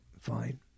fine